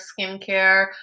skincare